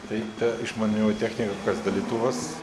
tai ta išmanioji technika kas dalytuvas